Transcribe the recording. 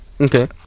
Okay